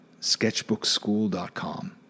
sketchbookschool.com